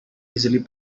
easily